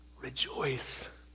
rejoice